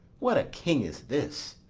what a king is this!